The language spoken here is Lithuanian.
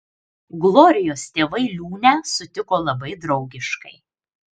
glorijos tėvai liūnę sutiko labai draugiškai